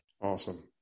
Awesome